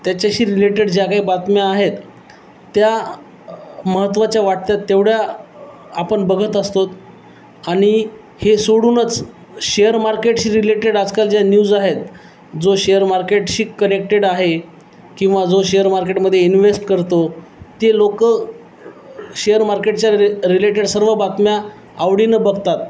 त्याच्याशी रिलेटेड ज्या काही बातम्या आहेत त्या महत्त्वाच्या वाटत्यात तेवढ्या आपण बघत असतो आणि हे सोडूनच शेअर मार्केटशी रिलेटेड आजकाल ज्या न्यूज आहेत जो शेअर मार्केटशी कनेक्टेड आहे किंवा जो शेअर मार्केटमध्ये इन्ववेस्ट करतो ते लोकं शेअर मार्केटच्या रि रिलेटेड सर्व बातम्या आवडीनं बघतात